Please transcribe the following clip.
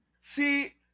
see